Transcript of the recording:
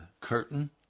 curtain